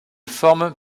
formes